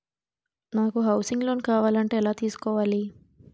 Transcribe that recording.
నాకు housing loan కావాలంటే ఎలా తీసుకోవాలి?